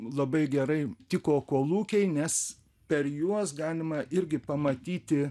labai gerai tiko kolūkiai nes per juos galima irgi pamatyti